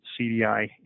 CDI